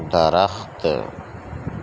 درخت